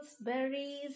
berries